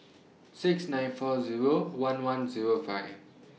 six nine four Zero one one Zero five